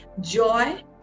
joy